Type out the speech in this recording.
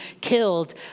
killed